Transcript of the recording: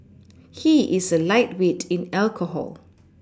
he is a lightweight in alcohol